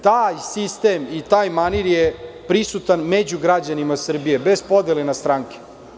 Taj sistem i taj manir je prisutan među građanima Srbije bez podele na stranke.